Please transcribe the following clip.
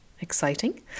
exciting